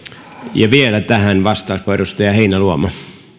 ja vielä tähän vastauspuheenvuoro edustaja heinäluoma arvoisa